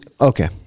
Okay